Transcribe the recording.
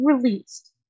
released